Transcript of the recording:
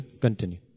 Continue